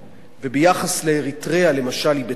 וביחס לאריתריאה, למשל, היא בתוקף,